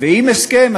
ועם הסכם,